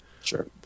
sure